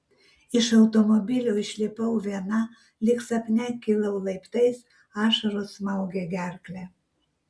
iš automobilio išlipau viena lyg sapne kilau laiptais ašaros smaugė gerklę